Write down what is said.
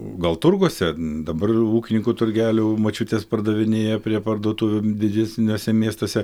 gal turguose dabar ūkininkų turgelių močiutės pardavinėja prie parduotuvių didesniuose miestuose